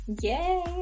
Yay